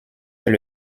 est